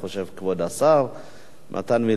כבוד השר מתן וילנאי,